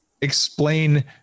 explain